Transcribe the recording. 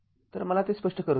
तर मला ते स्पष्ट करू द्या